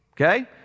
okay